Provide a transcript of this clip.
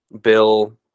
bill